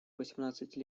восемнадцати